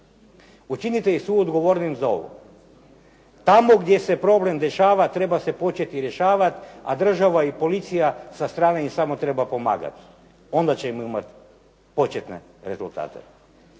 Učinite ih suodgovornim za ovo. Tamo gdje se problem dešava treba se početi rješavati, a država i policija sa strane im samo treba pomagati, onda ćemo imati početne rezultate.